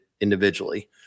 individually